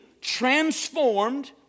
transformed